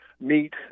meet